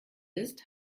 ist